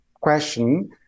question